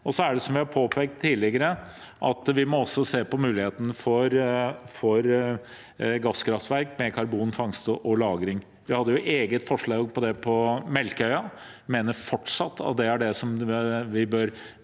jeg har påpekt tidligere, må vi også se på muligheten for gasskraftverk med karbonfangst og -lagring. Vi hadde et eget forslag om det på Melkøya. Vi mener fortsatt at det er det vi bør